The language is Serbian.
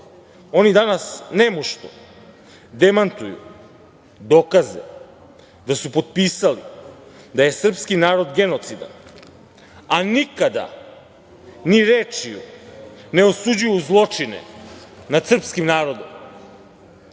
oni danas nemušto demantuju dokaze da su potpisali da je srpski narod genocidan, a nikada ni rečju ne osuđuju zločine nad srpskim narodom. Njima